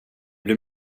blir